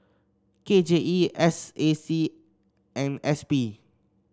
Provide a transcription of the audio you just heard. K J E S A C and S P